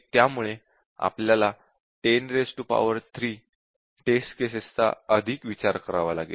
त्यामुळे आपल्याला 103 test cases चा अधिक विचार करावा लागेल